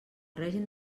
règim